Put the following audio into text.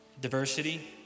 diversity